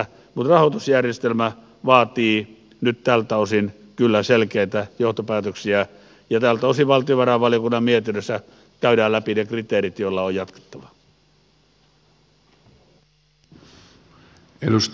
mutta rahoitusjärjestelmä vaatii nyt tältä osin kyllä selkeitä johtopäätöksiä ja tältä osin valtiovarainvaliokunnan mietinnössä käydään läpi ne kriteerit joilla on jatkettava